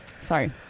Sorry